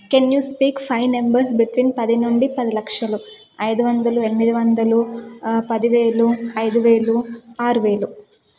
can you speak five numbers between పది నుండి పది లక్షలు ఐదు వందల ఎనిమిది వందలు పదివేలు ఐదువేలు ఆరువేలు